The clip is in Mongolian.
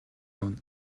авна